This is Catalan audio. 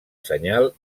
senyal